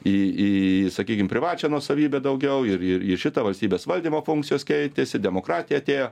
į į sakykim privačią nuosavybę daugiau ir ir į šitą valstybės valdymo funkcijos keitėsi demokratija atėjo